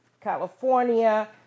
California